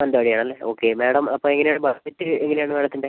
മാനന്തവാടി ആണ് അല്ലേ okay madam അപ്പം എങ്ങനെ ആണ് ബഡ്ജറ്റ് എങ്ങനെയാണ് മാഡത്തിൻ്റെ